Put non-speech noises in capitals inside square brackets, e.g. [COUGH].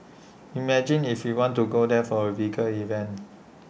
imagine if we want to go there for A [UNINTELLIGIBLE] event